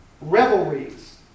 revelries